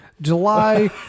July